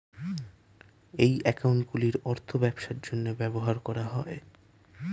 এই অ্যাকাউন্টগুলির অর্থ ব্যবসার জন্য ব্যবহার করা হয়